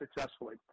successfully